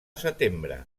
setembre